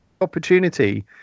opportunity